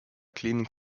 clearing